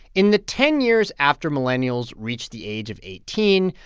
in the ten years after millennials reached the age of eighteen,